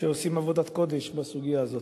שעושים עבודת קודש בסוגיה הזאת.